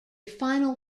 final